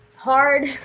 hard